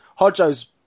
Hodjo's